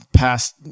past